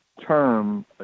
term